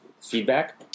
feedback